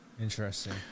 Interesting